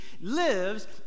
lives